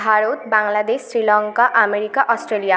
Bharat Bangladesh Sri Lanka America Australia